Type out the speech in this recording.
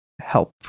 help